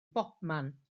bobman